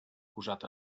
posat